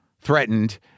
threatened